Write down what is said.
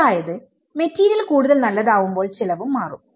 അതായത് മെറ്റീരിയൽ കൂടുതൽ നല്ലതാവുമ്പോൾ ചെലവും മാറും